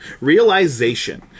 Realization